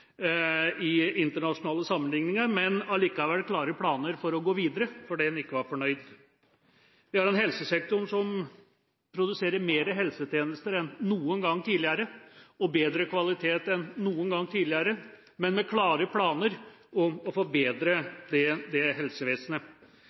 i internasjonale sammenlikninger, men likevel med klare planer for å gå videre, fordi man ikke er fornøyd. Vi har en helsesektor som produserer flere helsetjenester og bedre kvalitet enn noen gang tidligere, men med klare planer om å forbedre